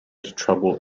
trouble